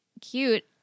cute